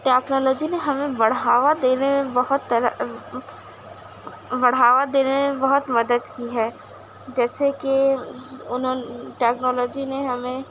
technology نے ہمیں بڑھاوا دینے میں بہت طرح بڑھوا دینے میں بہت مدد کی ہے جیسے کہ انہوں ٹیکنالوجی نے ہمیں